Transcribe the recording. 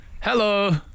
hello